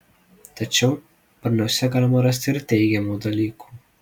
tačiau barniuose galima rasti ir teigiamų dalykų